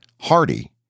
Hardy